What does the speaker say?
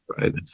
Right